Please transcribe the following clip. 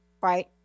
right